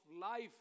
life